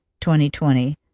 2020